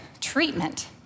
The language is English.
treatment